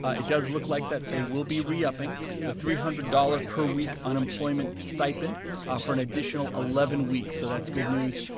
it does look like they will be reupping the three hundred dollars per week unemployment stipend for an additional eleven weeks. so that's good news,